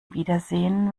wiedersehen